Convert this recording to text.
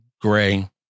gray